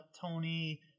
Tony